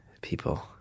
people